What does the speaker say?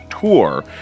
tour